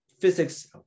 Physics